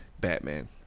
Batman